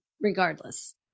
regardless